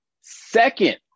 Second